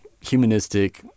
humanistic